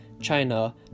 China